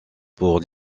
pour